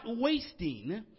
wasting